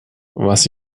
was